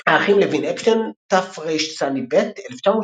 האחים לוין אפשטין, תרצ"ב 1932.